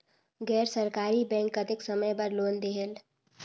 गैर सरकारी बैंक कतेक समय बर लोन देहेल?